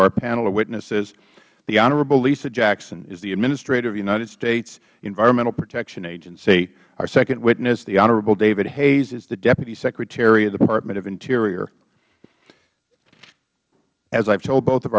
other panel of witnesses the honorable lisa jackson is the administrator of the united states environmental protection agency our second witness the honorable david hayes is the deputy secretary of the department of the interior as i have told both of